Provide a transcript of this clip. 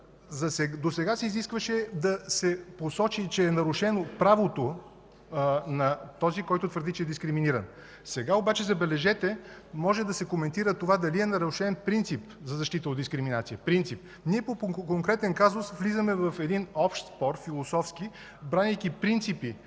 Досега се изискваше да се посочи, че е нарушено правото на този, който твърди, че е дискриминиран. Сега обаче, забележете – може да се коментира дали е нарушен принцип за защита от дискриминация. Принцип! Ние по конкретен казус влизаме в общ философски спор, бранейки принципи